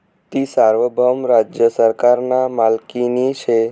ती सार्वभौम राज्य सरकारना मालकीनी शे